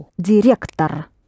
director